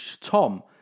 Tom